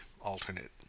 alternate